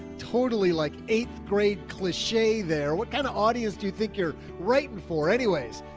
totally like eighth grade cliche there. what kind of audience do you think you're writing for anyways?